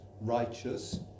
righteous